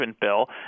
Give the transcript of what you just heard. bill